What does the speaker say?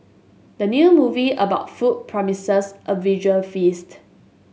the new movie about food promises a visual feast